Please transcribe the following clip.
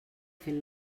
fent